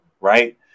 right